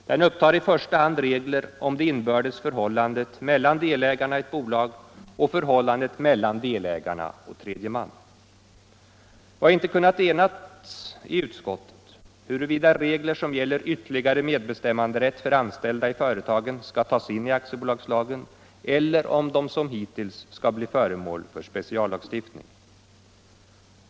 Den upptar i första hand regler om det inbördes förhållandet mellan delägarna i ett bolag och om förhållandet mellan delägarna och tredje man. Vi har inte kunnat enas i utskottet huruvida regler som gäller ytterligare medbestämmanderätt för anställda i företagen skall tas in i aktiebolagslagen eller om de som hittills skall bli föremål för speciallagstiftning.